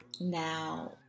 now